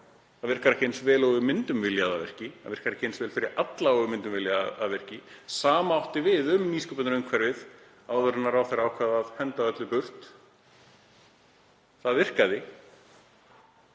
Það virkar ekki eins vel og við myndum vilja, það virkar ekki eins vel fyrir alla og við myndum vilja. Það sama átti við um nýsköpunarumhverfið áður en ráðherra ákvað að henda öllu burt: Það virkaði.